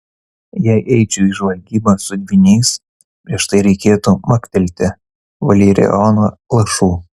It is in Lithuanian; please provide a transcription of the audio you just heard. jei eičiau į žvalgybą su dvyniais prieš tai reikėtų maktelti valerijono lašų